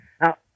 Now